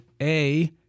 A-